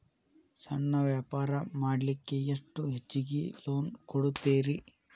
ಸಣ್ಣ ವ್ಯಾಪಾರ ಮಾಡ್ಲಿಕ್ಕೆ ಎಷ್ಟು ಹೆಚ್ಚಿಗಿ ಲೋನ್ ಕೊಡುತ್ತೇರಿ?